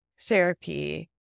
therapy